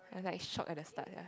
I got a shock at the start ya